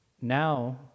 Now